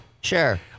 Sure